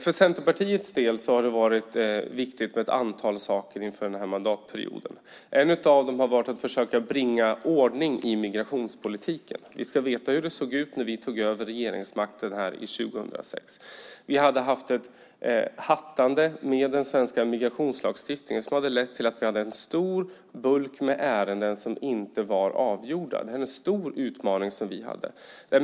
För Centerpartiets del har det varit viktigt med ett antal saker inför denna mandatperiod. En av dem har varit att försöka bringa ordning i migrationspolitiken. Vi ska veta hur det såg ut när vi tog över regeringsmakten 2006. Vi hade haft ett hattande med den svenska migrationslagstiftningen som hade lett till att vi hade en stor bulk med ärenden som inte var avgjorda. Vi hade en stor utmaning.